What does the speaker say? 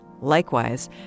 Likewise